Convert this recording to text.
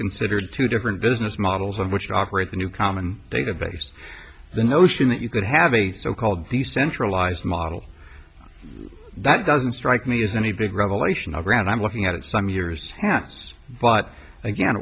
considered two different business models of which operate the new common database the notion that you could have a so called these centralized model that doesn't strike me as any big revelation of ground i'm looking at it some years pass but again